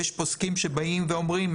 יש פוסקים שבאים ואומרים,